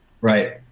Right